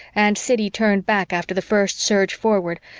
and siddy turned back after the first surge forward,